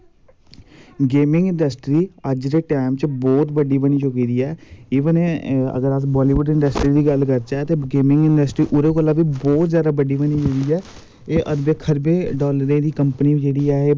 मेरे बचार एह् ए कि जेह्ड़े स्पोर्टस दे बारै च एह् पुच्छा दे नै कि ग्राएं ग्रउएं च स्पोर्टस हून खेलदे हैन पैह्लैं हैनी खेलदे हे लेकिन हून जादातर खेलदे मैक्सिमम हून खेलदे न